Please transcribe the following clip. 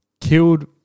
killed